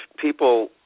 people